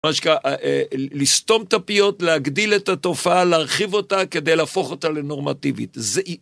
ממש ככה, לסתום את הפיות, להגדיל את התופעה, להרחיב אותה כדי להפוך אותה לנורמטיבית. זה